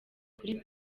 kuri